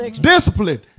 Discipline